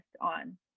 on